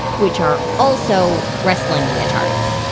which are also wrestling leotards.